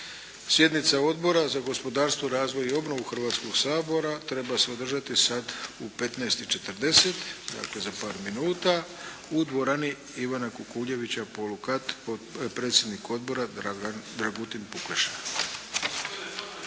Sjednica Odbora za gospodarstvo, razvoj i obnovu Hrvatskoga sabora treba se održati sada u 15,40, dakle za par minuta u dvorani "Ivana Kukuljevića" polukat, predsjednik odbora Dragutin Pukleša.